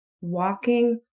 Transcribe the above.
Walking